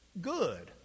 good